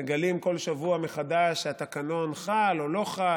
מגלים כל שבוע מחדש שהתקנון חל או לא חל,